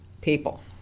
people